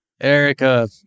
Erica